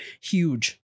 huge